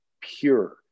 pure